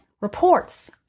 reports